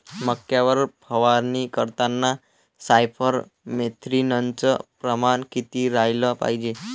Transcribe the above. मक्यावर फवारनी करतांनी सायफर मेथ्रीनचं प्रमान किती रायलं पायजे?